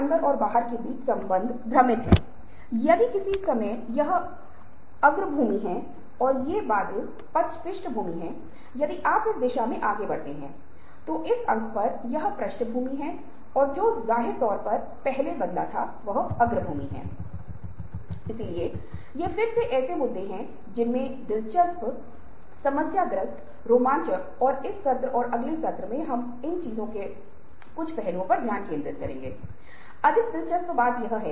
तर्क यह एक समर्थक सबूत और तर्क बहस के साथ एक प्रस्ताव या एक बयान है यदि पहचानने मूल्यांकन करने और निर्णय लेने के लिए तर्क की आपूर्ति के लिए आवश्यक हिस्सा है